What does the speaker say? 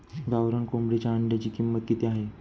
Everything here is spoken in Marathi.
गावरान कोंबडीच्या अंड्याची किंमत किती आहे?